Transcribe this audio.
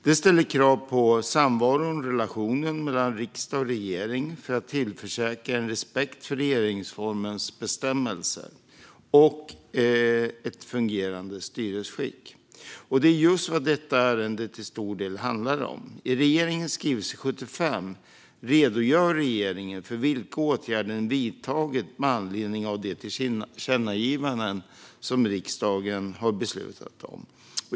Detta ställer krav på samvaron och relationen mellan riksdag och regering för att tillförsäkra respekt för regeringsformens bestämmelser och ett fungerande styresskick. Och det är just vad detta ärende till stor del handlar om. I regeringens skrivelse 75 redogör regeringen för vilka åtgärder den vidtagit med anledning av de tillkännagivanden som riksdagen har beslutat om.